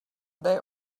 they